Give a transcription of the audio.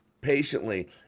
patiently